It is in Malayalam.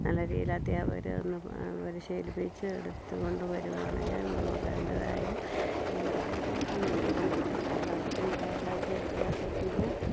നല്ല രീതിയിൽ അധ്യാപകർ ഒന്ന് പരിശീലിപ്പിച്ചെടുത്തു കൊണ്ടു വരികയാണെങ്കിലും നമുക്ക് അതിൻ്റെതായ ഇതിൽ നമുക്ക് മുന്നോട്ട് കൊണ്ടുപോകാൻ സാധിക്കും കേരളം വിദ്യാഭ്യാസത്തിൽ